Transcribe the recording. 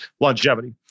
longevity